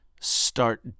start